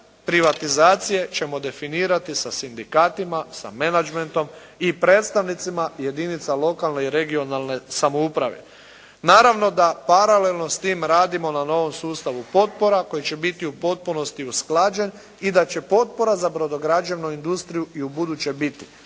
privatizacije ćemo definirati sa sindikatima, sa menagmentom i predstavnicima jedinica lokalne i regionalne samouprave. Naravno da paralelno s time radimo na novom sustavu potpora koji će biti u potpunosti usklađen i da će potpora za brodograđevnu industrije i ubuduće biti,